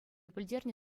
пӗлтернӗ